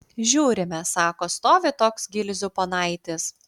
žiūrime sako stovi toks gilzių ponaitis